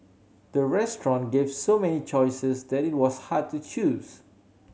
the restaurant gave so many choices that it was hard to choose